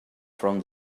from